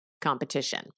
competition